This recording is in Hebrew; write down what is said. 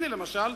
הנה למשל,